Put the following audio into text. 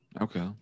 Okay